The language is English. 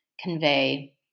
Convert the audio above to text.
convey